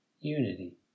unity